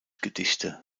gedichte